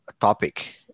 Topic